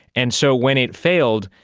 and so when it failed,